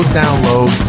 download